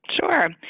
Sure